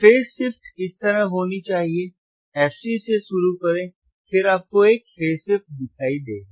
phase shift इस तरह होनी चाहिए fc से शुरू करें फिर आपको एक फेज शिफ्ट दिखाई देगा